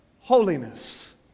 holiness